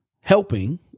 helping